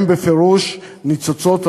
הם בפירוש ניצוצות האור,